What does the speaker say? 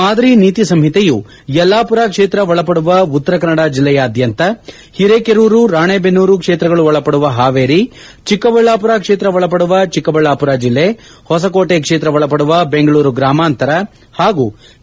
ಮಾದರಿ ನೀತಿ ಸಂಹಿತೆಯು ಯಲ್ಲಾಪುರ ಕ್ಷೇತ್ರ ಒಳಪಡುವ ಉತ್ತರ ಕನ್ನಡ ಜಿಲ್ಲೆಯಾದ್ಯಂತ ಹಿರೇಕೆರೂರು ರಾಣಿದೆನ್ನೂರು ಕ್ಷೇತ್ರಗಳು ಒಳಪಡುವ ಹಾವೇರಿ ಚಿಕ್ಕಬಳ್ಳಾಪುರ ಕ್ಷೇತ್ರ ಒಳಪಡುವ ಚಿಕ್ಕಬಳ್ಳಾಪುರ ಜಿಲ್ಲೆ ಹೊಸಕೋಟೆ ಕ್ಷೇತ್ರ ಒಳಪಡುವ ದೆಂಗಳೂರು ಗ್ರಾಮಾಂತರ ಹಾಗೂ ಕೆ